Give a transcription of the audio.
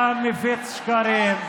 אתה מפיץ שקרים.